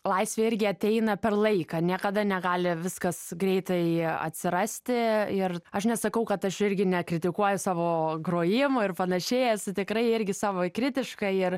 laisvė irgi ateina per laiką niekada negali viskas greitai atsirasti ir aš nesakau kad aš irgi nekritikuoju savo grojimo ir panašiai esu tikrai irgi savo kritiška ir